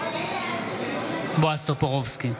בעד בועז טופורובסקי,